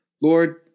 Lord